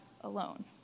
alone